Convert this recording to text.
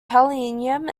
pallium